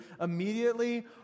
immediately